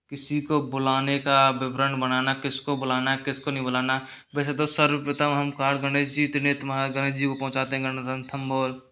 किसी को बुलाने का विवरण बनाना किसको बुलाना है किसको नही बुलाना वैसे तो सर्वप्रथम हम कार्ड गणेश जी महाराज गणेश जी को पहुँचाते है गण रणथंबोर